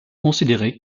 considérer